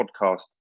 podcast